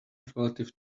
relative